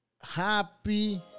Happy